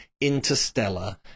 Interstellar